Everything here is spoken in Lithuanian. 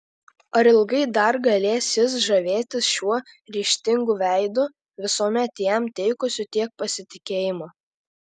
ar ilgai dar galės jis žavėtis šiuo ryžtingu veidu visuomet jam teikusiu tiek pasitikėjimo